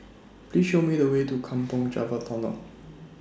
Please Show Me The Way to Kampong Java Tunnel